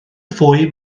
fwy